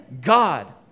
God